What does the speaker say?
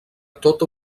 tota